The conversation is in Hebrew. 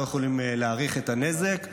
לא יכולים להעריך את הנזק.